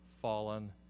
fallen